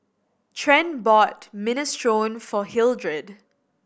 Trent bought Minestrone for Hildred